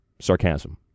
sarcasm